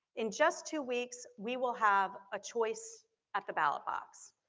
in just two weeks we will have a choice at the ballot box.